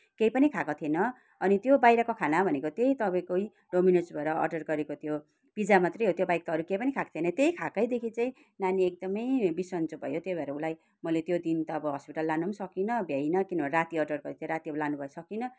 केही पनि खाएको थिएन अनि त्यो बाहिरको खाना भनेको त्यही तपाईँकै डोमिनोजबाट अडर गरेको त्यो पिज्जा मात्रै हो त्योबाहेक त अरू केही पनि खाएको थिएन त्यै खाएकैदेखि चाहिँ नानी एकदमै बिसन्च भयो त्यही भएर उसलाई मैले त्यो दिन त अब हस्पिटल लान पनि सकिँन भ्याइनँ किनभने राति अडर गरेको राति अब लानु पनि सकिन